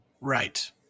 Right